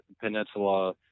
Peninsula